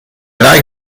like